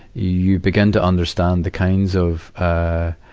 you begin to understand the kinds of, ah,